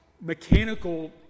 mechanical